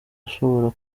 ashobora